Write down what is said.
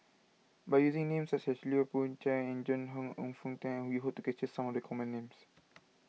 by using names such as Lui Pao Chuen and Joan Hon and Foo Hong Tatt we hope to capture some of the common names